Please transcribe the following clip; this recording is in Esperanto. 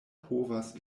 povas